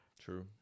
True